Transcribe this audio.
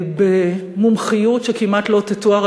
במומחיות שכמעט לא תתואר,